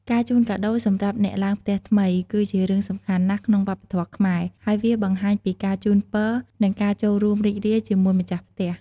ការជូនកាដូសម្រាប់អ្នកឡើងផ្ទះថ្មី គឺជារឿងសំខាន់ណាស់ក្នុងវប្បធម៌ខ្មែរ ហើយវាបង្ហាញពីការជូនពរ និងការចូលរួមរីករាយជាមួយម្ចាស់ផ្ទះ។